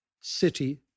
city